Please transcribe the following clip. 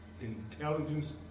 intelligence